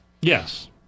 Yes